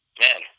man